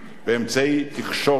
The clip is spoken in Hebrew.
ואמצעי תקשורת